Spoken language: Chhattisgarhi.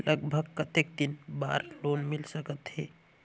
लगभग कतेक दिन बार लोन मिल सकत हे?